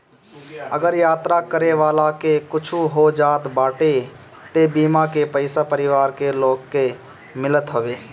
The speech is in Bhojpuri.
अगर यात्रा करे वाला के कुछु हो जात बाटे तअ बीमा के पईसा परिवार के लोग के मिलत हवे